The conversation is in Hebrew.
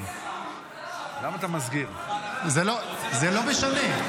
הנחה דרמטית --- זה לא משנה.